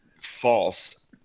False